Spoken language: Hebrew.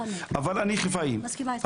נכון, מסכימה איתך.